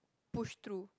push through